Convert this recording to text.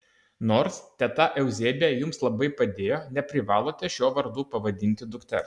nors teta euzebija jums labai padėjo neprivalote šiuo vardu pavadinti dukters